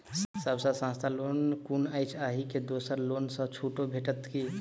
सब सँ सस्ता लोन कुन अछि अहि मे दोसर लोन सँ छुटो भेटत की?